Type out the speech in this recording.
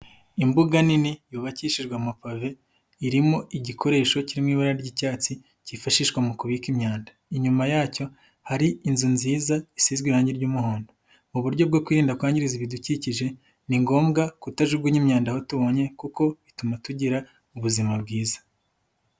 Imbuga nini yubakishijwe amapave irimo igikoresho kiri mu ibara ry'icyatsi kifashishwa mu kubika imyanda, inyuma yacyo hari inzu nziza isizwe irangi ry'umuhondo, mu buryo bwo kwirinda kwangiza ibidukikije ni ngombwa kutajugunya imyanda aho tubonye kuko bituma tugira ubuzima bwiza.